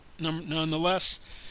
nonetheless